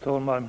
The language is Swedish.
Fru talman!